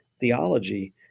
theology